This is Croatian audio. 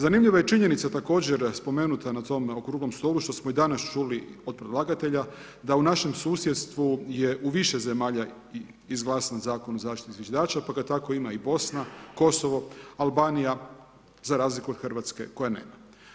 Zanimljiva je činjenica, također spomenuta na tom Okruglom stolu, što smo i danas čuli od predlagatelja, da u našem susjedstvu je u više zemalja izglasan Zakon o zaštiti zviždača pa ga tako ima i Bosna, Kosovo, Albanija, za razliku od Hrvatske koja nema.